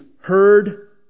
heard